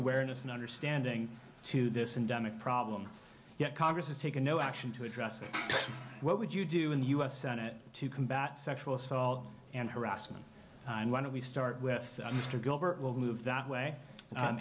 awareness and understanding to this and demick problem yet congress has taken no action to address what would you do in the u s senate to combat sexual assault and harassment and why don't we start with mr gilbert will move that way